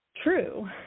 true